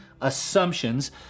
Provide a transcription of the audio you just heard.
assumptions